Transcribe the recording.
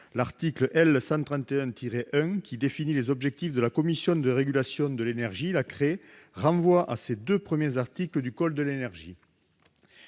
l'énergie, qui définit les objectifs de la commission de régulation de l'énergie, la CRE, renvoie aux deux premiers articles du code de l'énergie.